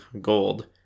gold